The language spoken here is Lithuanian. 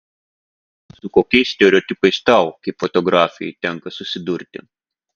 su kokiais stereotipais tau kaip fotografei tenka susidurti